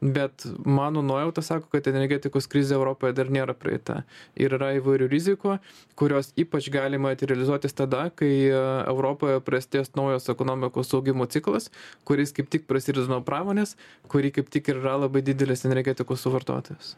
bet mano nuojauta sako kad energetikos krizė europoje dar nėra prieita ir yra įvairių rizikų kurios ypač gali materializuotis tada kai europoje prasidės naujas ekonomikos augimo ciklas kuris kaip tik prasiirs nuo pramonės kuri kaip tik ir yra labai didelis energetikos suvartotojas